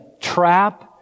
trap